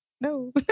no